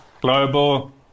global